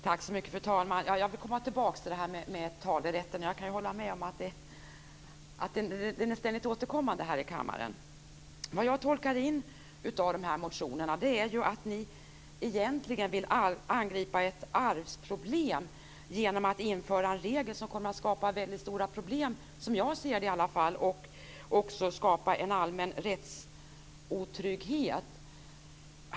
Fru talman! Jag återkommer till detta med talerätten, som jag kan hålla med om är en ständigt återkommande fråga här i kammaren. Vad jag tolkar in utifrån de här motionerna är att ni egentligen vill angripa ett arvsproblem genom att införa en regel som kommer att skapa väldigt stora problem, åtminstone som jag ser saken, och också skapa allmän rättsotrygghet.